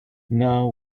now